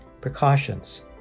precautions